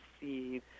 see